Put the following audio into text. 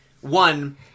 one